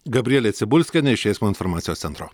gabrielė cibulskienė iš eismo informacijos centro